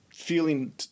feeling